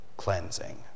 cleansing